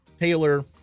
Taylor